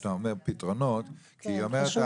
כשאתה אומר "פתרונות" למה הכוונה,